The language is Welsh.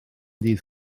dydd